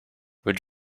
would